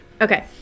Okay